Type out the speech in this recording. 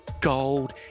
gold